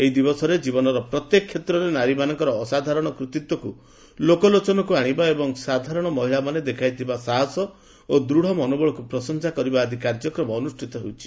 ଏହି ଦିବସରେ ଜୀବନର ପ୍ରତ୍ୟେକ କ୍ଷେତ୍ରରେ ନାରୀମାନଙ୍କର ଅସାଧାରଣ କୃତୀତ୍ୱକୁ ଲୋକଲୋଚନକୁ ଆଶିବା ଏବଂ ସାଧାରଣ ମହିଳାମାନେ ଦେଖାଇଥିବା ସାହସ ଓ ଦୃଢ଼ ମନୋବଳକୁ ପ୍ରଶଂସା କରିବା ଆଦି କାର୍ଯ୍ୟ ବିଶ୍ୱବ୍ୟାପୀ ଅନୁଷ୍ଠିତ ହେଉଛି